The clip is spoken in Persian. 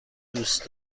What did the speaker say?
دوست